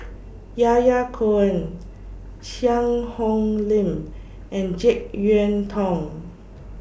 Yahya Cohen Cheang Hong Lim and Jek Yeun Thong